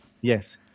Yes